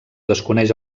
desconeix